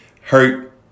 Hurt